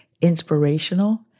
inspirational